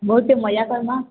ବହୁତୁ ମଜା କର୍ମା